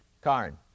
Karn